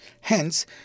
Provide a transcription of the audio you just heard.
Hence